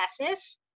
classes